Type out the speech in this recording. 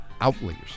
outliers